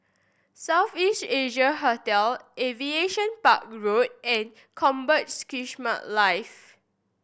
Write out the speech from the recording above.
South East Asia Hotel Aviation Park Road and Combat Skirmish Live